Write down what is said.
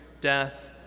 death